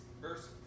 verse